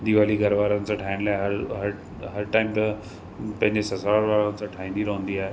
दिवाली घरवारनि सां ठाहिण लाइ हर हर हर टाइम त पंहिंजे स ससुराल वारनि सां ठाहींदी रहंदी आहे